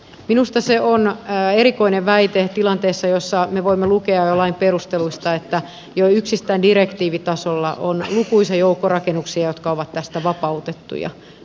minusta se on erikoinen väite tilanteessa jossa me voimme lukea jo lain perusteluista että jo yksistään direktiivitasolla on lukuisa joukko rakennuksia jotka ovat tästä vapautettuja